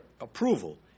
approval